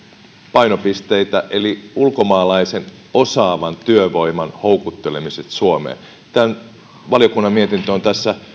painopisteitä eli ulkomaalaisen osaavan työvoiman houkuttelemiseen suomeen valiokunnan mietintö on tässä